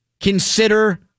Consider